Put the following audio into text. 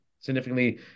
significantly